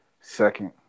second